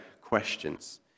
questions